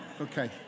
Okay